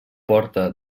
porta